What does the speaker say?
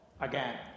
again